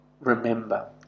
remember